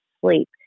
sleep